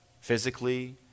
physically